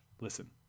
listen